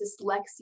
dyslexia